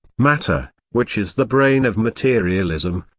matter, which is the brain of materialism,